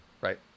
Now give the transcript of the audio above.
right